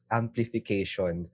amplification